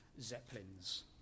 Zeppelins